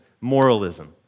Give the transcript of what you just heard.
moralism